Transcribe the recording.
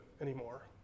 anymore